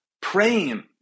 praying